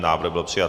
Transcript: Návrh byl přijat.